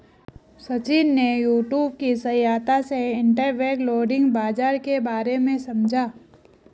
सचिन ने यूट्यूब की सहायता से इंटरबैंक लैंडिंग बाजार के बारे में समझा